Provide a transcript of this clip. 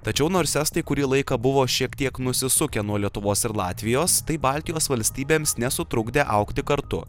tačiau nors estai kurį laiką buvo šiek tiek nusisukę nuo lietuvos ir latvijos tai baltijos valstybėms nesutrukdė augti kartu